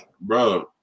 Bro